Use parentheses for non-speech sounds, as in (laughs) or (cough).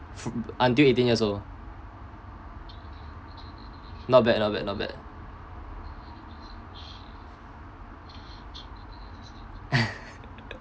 from until eighteen years old not bad not bad not bad (laughs)